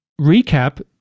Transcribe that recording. recap